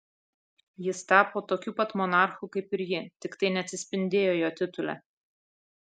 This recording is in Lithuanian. jis tapo tokiu pat monarchu kaip ir ji tik tai neatsispindėjo jo titule